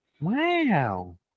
Wow